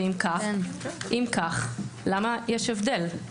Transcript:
ואם כך, למה יש הבדל?